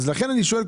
לכן אני שואל,